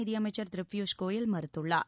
நிதியமைச்சர் திரு பியூஷ் கோயல் மறுத்துள்ளார்